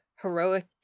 heroic